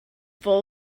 fool